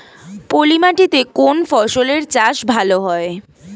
পলি মাটিতে কোন ফসলের চাষ ভালো হয়?